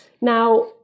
Now